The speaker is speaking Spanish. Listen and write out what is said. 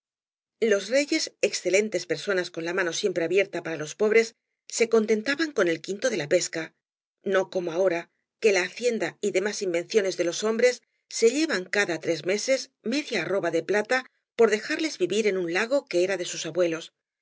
los reyes excelentes personas con la mano siempre abierta para los pobres se contentaban con el quinto de la pesca no como ahora que la hacienda y demás invenciones de los hombres ee llevan cada tres meses inedia arroba de plata por dejarles vivir en un lago que era de sus abuelos